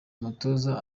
umutoza